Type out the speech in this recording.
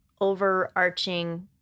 overarching